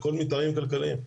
והכול מטעמים כלכליים.